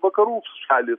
vakarų šalys